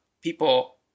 people